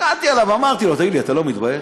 הסתכלתי עליו, אמרתי לו: תגיד לי, אתה לא מתבייש?